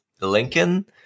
Lincoln